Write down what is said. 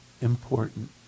important